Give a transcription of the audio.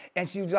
and she